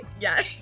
Yes